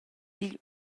digl